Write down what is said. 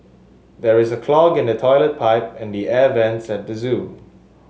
there is a clog in the toilet pipe and the air vents at the zoo